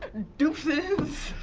deuces,